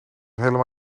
helemaal